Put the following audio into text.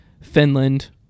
Finland